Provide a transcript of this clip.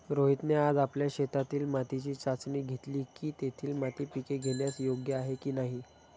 रोहितने आज आपल्या शेतातील मातीची चाचणी घेतली की, तेथील माती पिके घेण्यास योग्य आहे की नाही